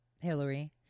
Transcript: Hillary